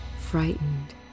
frightened